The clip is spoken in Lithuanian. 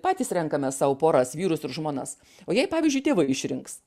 patys renkamės sau poras vyrus ir žmonas o jai pavyzdžiui tėvai išrinks